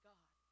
God